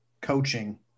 coaching